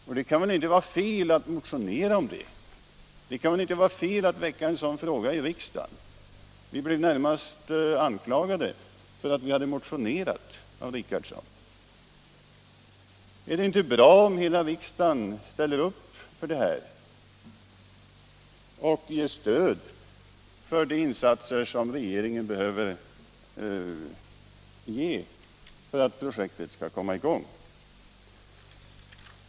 Och det kan väl inte vara fel att motionsledes väcka en sådan fråga i riksdagen? Vi blev närmast anklagade av herr Richardson för att vi hade motionerat. Är det inte bra om hela riksdagen ställer upp och ger sitt stöd för de insatser som regeringen behöver göra för att projektet skall komma i gång?